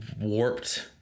warped